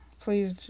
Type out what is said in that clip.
please